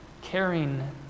caring